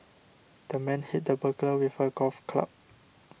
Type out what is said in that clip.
the man hit the burglar with a golf club